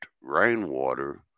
rainwater